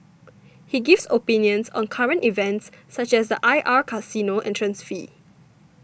he gives opinions on current events such as the I R casino entrance fee